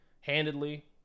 handedly